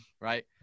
right